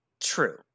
true